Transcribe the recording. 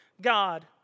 God